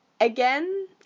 Again